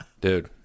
dude